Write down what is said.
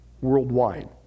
worldwide